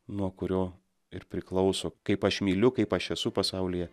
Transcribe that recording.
nuo kurio ir priklauso kaip aš myliu kaip aš esu pasaulyje